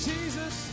Jesus